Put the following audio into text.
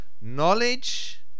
knowledge